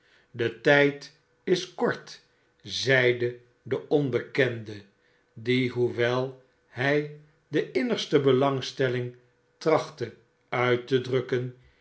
de tijd is kort zeide de onbekende die hoewel hij de uimgste belangstelling trachtte uit te drukken